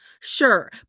Sure